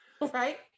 Right